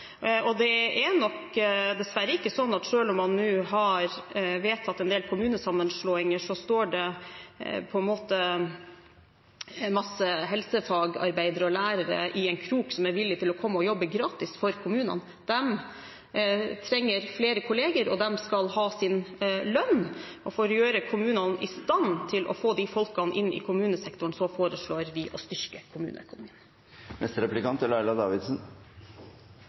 vedtatt. Det er nok dessverre ikke sånn, selv om man nå har vedtatt en del kommunesammenslåinger, at det i en krok står en masse helsefagarbeidere og lærere som er villige til å komme og jobbe gratis for kommunene. De trenger flere kollegaer, og de skal ha sin lønn. For å gjøre kommunene i stand til å få de folkene inn i kommunesektoren, foreslår vi å styrke kommuneøkonomien. Representanten var opptatt av eldreomsorg, og det er